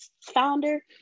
founder